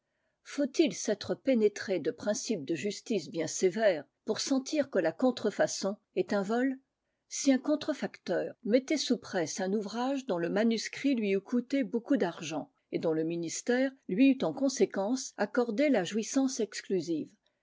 faut-il s'être pénétré de principes de justice bien sévères pour sentir que la contrefaçon est un vol si un contrefacteur mettait sous presse un ouvrage dont le manuscrit lui eût coûté beaucoup d'argent et dont le ministère lui eût en conséquence accordé la jouissance exclusive